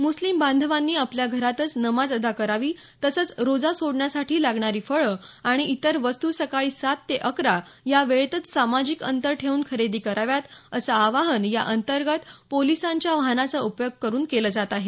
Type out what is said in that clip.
मुस्लिम बांधवानी आपल्या घरातच नमाज अदा करावी तसंच रोजा सोडण्यासाठी लागणारी फळं आणि इतर वस्तू सकाळी सात ते अकरा या वेळेतच सुरक्षित सामाजिक अंतर ठेवून खरेदी कराव्यात असं आवाहन या अंतर्गत पोलिसांच्या वाहनाचा उपयोग करून केलं जात आहे